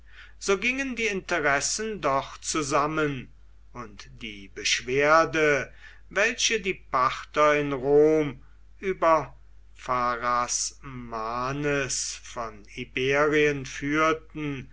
so gingen die interessen doch zusammen und die beschwerde welche die parther in rom über pharasmanes von iberien führten